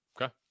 okay